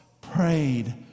prayed